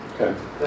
Okay